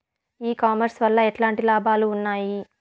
ఈ కామర్స్ వల్ల ఎట్లాంటి లాభాలు ఉన్నాయి?